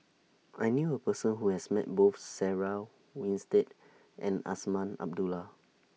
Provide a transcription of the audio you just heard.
I knew A Person Who has Met Both Sarah Winstedt and Azman Abdullah